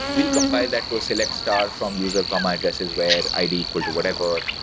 we'll compile that to a select star from user common addresses where id equal to whatever,